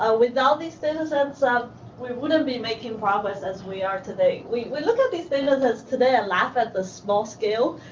ah without these datasets, we wouldn't be making progress as we are today. we we look at these datasets today and laugh at the small scale,